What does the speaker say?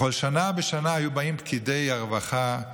בכל שנה ושנה באו פקידי הרווחה,